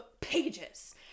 pages